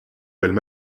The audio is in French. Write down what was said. belles